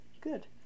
Good